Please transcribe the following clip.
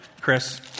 Chris